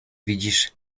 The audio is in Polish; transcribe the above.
widzisz